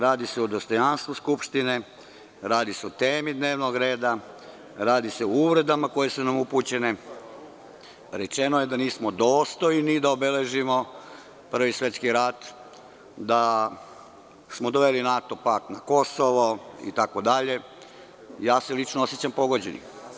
Radi se o dostojanstvu Skupštine, radi se o temi dnevnog reda, o uvredama koje su nam upućene, rečeno je da nismo dostojni da obeležimo Prvi svetski rat, da smo doveli NATO pakt na Kosovo, i ja se lično osećam pogođenim.